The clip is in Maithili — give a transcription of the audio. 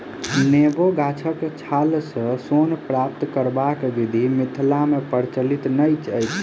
नेबो गाछक छालसँ सोन प्राप्त करबाक विधि मिथिला मे प्रचलित नै अछि